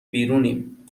بیرونیم